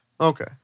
Okay